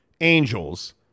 Angels